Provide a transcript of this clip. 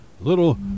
little